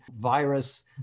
virus